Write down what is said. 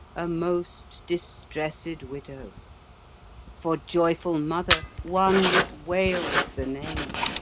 a most distressed widow for joyful mother, one that wails the name